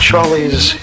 Charlie's